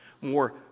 more